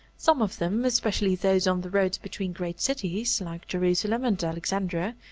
some of them, especially those on the roads between great cities, like jerusalem and alexandria,